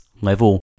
level